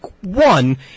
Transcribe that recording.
one